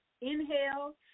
Inhale